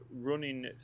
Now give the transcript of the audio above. running